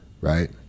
Right